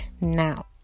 now